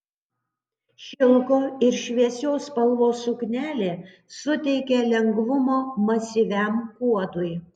šilko ir šviesios spalvos suknelė suteikia lengvumo masyviam kuodui